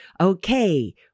Okay